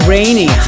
Rainy